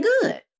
good